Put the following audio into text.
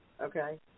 okay